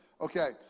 Okay